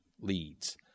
leads